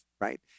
right